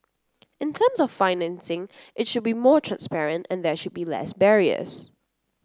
in terms of the financing it should be more transparent and there should be less barriers